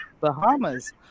Bahamas